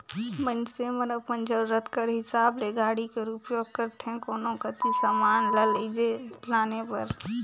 मइनसे मन अपन जरूरत कर हिसाब ले गाड़ी कर उपियोग करथे कोनो कती समान ल लेइजे लाने बर